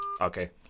Okay